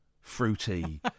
fruity